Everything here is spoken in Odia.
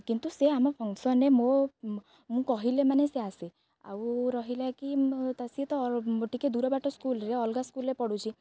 କିନ୍ତୁ ସେ ଆମ ଫଙ୍କସନରେ ମୋ ମୁଁ କହିଲେ ମାନେ ସେ ଆସେ ଆଉ ରହିଲା କି ସିଏ ତ ଟିକେ ଦୂର ବାଟ ସ୍କୁଲରେ ଅଲଗା ସ୍କୁଲରେ ପଢ଼ୁଛି